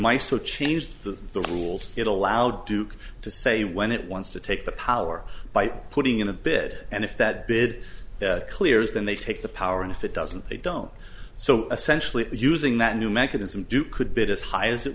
my so changed the rules it allowed duke to say when it wants to take the power by putting in a bid and if that bid clears then they take the power and if it doesn't they don't so essentially using that new mechanism do could bid as high as it